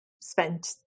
spent